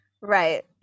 Right